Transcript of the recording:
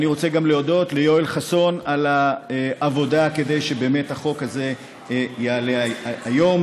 אני רוצה להודות גם ליואל חסון על העבודה כדי שהחוק הזה יעלה היום.